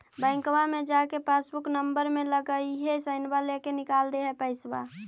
बैंकवा मे जा के पासबुकवा नम्बर मे लगवहिऐ सैनवा लेके निकाल दे है पैसवा?